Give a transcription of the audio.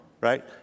right